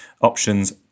options